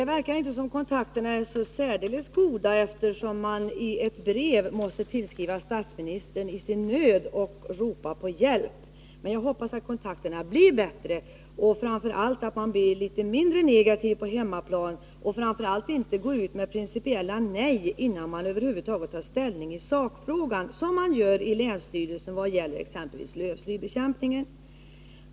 Herr talman! Kontakterna verkar inte vara särdeles goda, eftersom man från Värmland i ett brev måste tillskriva statsministern i sin nöd och be om hjälp. Men jag hoppas att kontakterna blir bättre och att man blir litet mindre negativ på hemmaplan och framför allt inte går ut med principiella nej innan man över huvud taget tar ställning i sakfrågan, som man gör i länsstyrelsen när det gäller t.ex. lövslybekämpningen.